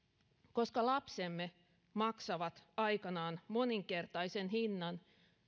koska lapsemme maksavat aikanaan moninkertaisen hinnan